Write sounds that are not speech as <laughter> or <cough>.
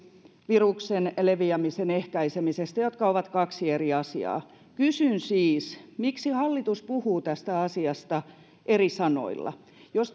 viruksen leviämisen ehkäisemisestä ja nämä ovat kaksi eri asiaa kysyn siis miksi hallitus puhuu tästä asiasta eri sanoilla jos <unintelligible>